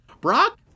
Brock